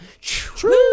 true